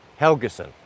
Helgeson